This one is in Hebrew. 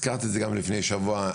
הזכרתי את זה גם לפני שבוע.